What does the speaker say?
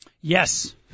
Yes